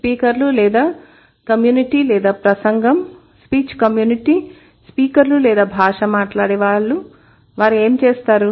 స్పీకర్లు లేదా కమ్యూనిటీ లేదా ప్రసంగం స్పీచ్ కమ్యూనిటీ స్పీకర్లు లేదా భాష మాట్లాడేవారు వారు ఏమి చేస్తారు